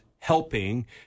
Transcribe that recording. Helping